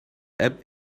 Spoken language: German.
app